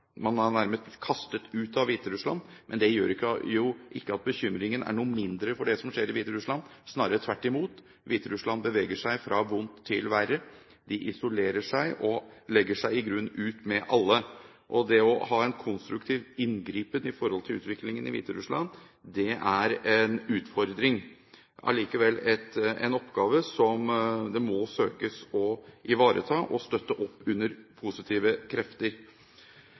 man er nærmest kastet ut av Hviterussland. Men det gjør ikke bekymringen for det som skjer i Hviterussland, noe mindre, snarere tvert imot. Hviterussland beveger seg fra vondt til verre, de isolerer seg og legger seg i grunnen ut med alle. Det å ha en konstruktiv inngripen når det gjelder utviklingen i Hviterussland, er en utfordring, men likevel en oppgave som det må søkes å ivareta for å støtte opp under positive krefter